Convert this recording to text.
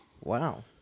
Wow